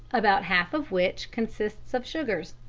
about half of which consists of sugars.